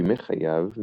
בימי חייו,